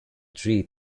three